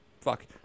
Fuck